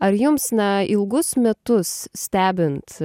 ar jums na ilgus metus stebint